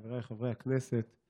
חבריי חברי הכנסת,